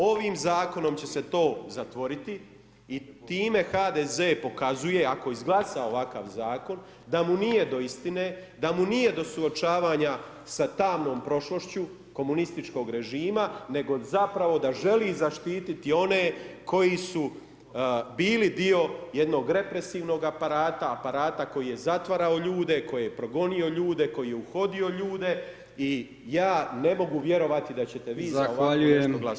Ovim zakonom će se to zatvoriti i time HDZ pokazuje, ako izglasa ovakav zakon, da mu nije do istine, da mu nije do suočavanja sa tamnom prošlošću komunističkog režima nego zapravo da želi zaštiti one koji su bili dio jednog represivnog aparata, aparata koji je zatvarao ljude, koji je progonio ljude, koji je uhodio ljude. i ja ne mogu vjerovati da ćete vi za ovako nešto glasovati.